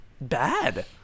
bad